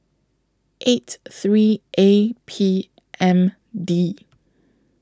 eight three A P M D